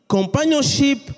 Companionship